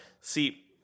see